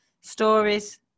stories